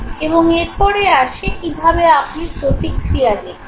এবং এরপরে আসে কীভাবে আপনি প্রতিক্রিয়া দেখছেন